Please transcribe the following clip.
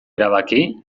erabaki